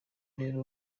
rero